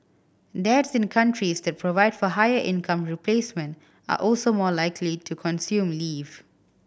dads in countries that provide for higher income replacement are also more likely to consume leave